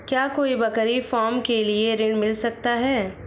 क्या कोई बकरी फार्म के लिए ऋण मिल सकता है?